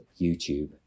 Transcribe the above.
YouTube